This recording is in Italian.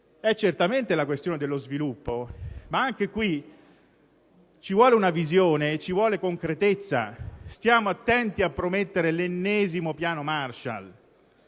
è certamente la questione dello sviluppo, ma anche qui ci vuole una visione, ci vuole concretezza. Stiamo attenti a promettere l'ennesimo piano Marshall.